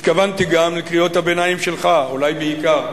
התכוונתי גם לקריאות הביניים שלך, אולי בעיקר.